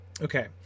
Okay